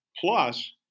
plus